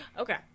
Okay